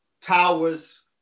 towers